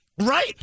Right